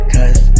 Cause